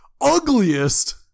ugliest